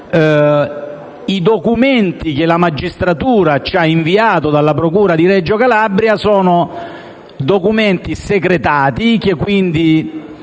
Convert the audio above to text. I documenti che la magistratura ci ha inviato dalla procura di Reggio Calabria sono segretati e, quindi,